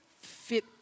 fit